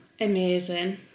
amazing